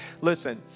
Listen